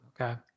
okay